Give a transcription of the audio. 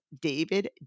david